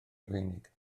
rufeinig